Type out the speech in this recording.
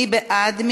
מי בעד?